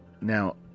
now